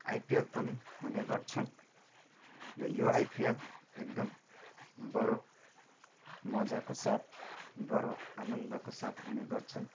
IPL पनि हुने गर्छन् र यो आइपिएल एकदम बढो मजाको साथ बढो आनन्दको साथ हुने गर्छन्